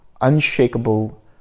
unshakable